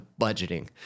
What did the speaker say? budgeting